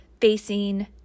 facing